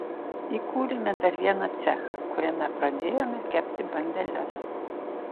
įkūrėme dar vieną cechą kuriame pradėjome kepti bandeles